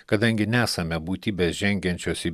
kadangi nesame būtybės žengiančios į